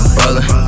rollin